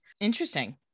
Interesting